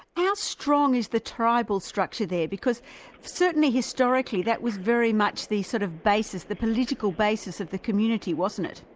ah strong is the tribal structure there? because certainly historically that was very much the sort of basis, the political basis of the community, wasn't it?